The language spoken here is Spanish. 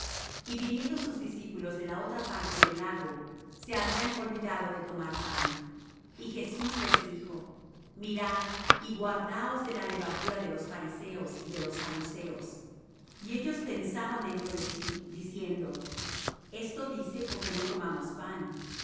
y viniendo sus discípulos de la otra parte del lago se habían olvidado de tomar pan y jesús les dijo mirad y guardaos de la levadura de los fariseos y de los saduceos y ellos pensaban dentro de sí diciendo esto dice porque no tomamos pan